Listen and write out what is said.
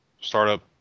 startup